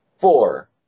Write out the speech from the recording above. Four